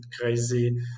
crazy